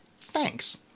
thanks